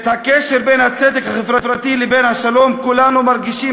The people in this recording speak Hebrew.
את הקשר בין הצדק החברתי לבין השלום כולנו מרגישים